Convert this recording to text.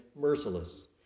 merciless